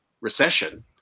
Recession